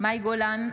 מאי גולן,